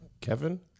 Kevin